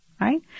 Right